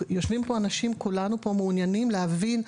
יושבים פה אנשים וכולנו פה מעוניינים להבין,